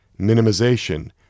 minimization